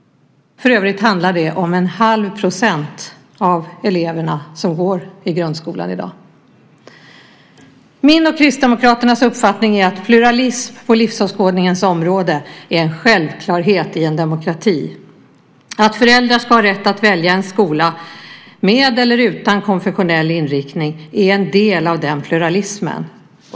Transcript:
För övrigt handlar det om 1⁄2 % av eleverna som går i grundskolan i dag. Min och Kristdemokraternas uppfattning är att pluralism på livsåskådningens område är en självklarhet i en demokrati. Att föräldrar ska ha rätt att välja en skola med eller utan konfessionell inriktning är en del av den pluralismen.